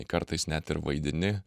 kartais net ir vaidini